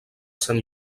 sant